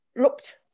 looked